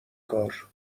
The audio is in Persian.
کار